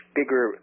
bigger